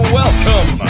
welcome